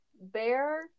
Bear